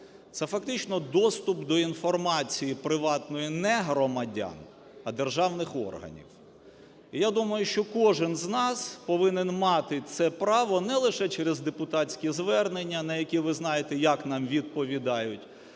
це фактично доступ до інформації приватної не громадян, а державних органів. І я думаю, що кожен з нас повинен мати це право не лише через депутатські звернення, на які, ви знаєте, як нам відповідають,